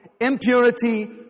impurity